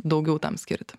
daugiau tam skirti